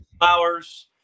flowers